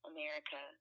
America